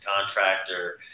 contractor